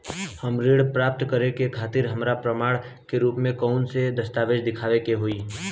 ऋण प्राप्त करे के खातिर हमरा प्रमाण के रूप में कउन से दस्तावेज़ दिखावे के होइ?